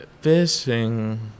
fishing